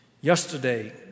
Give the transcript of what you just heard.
Yesterday